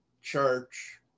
church